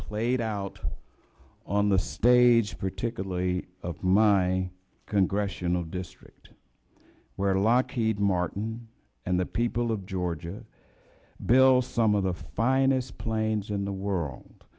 played out on the stage particularly of my congressional district where lockheed martin and the people of georgia built some of the finest planes in the world